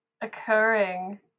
occurring